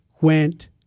went